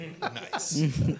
Nice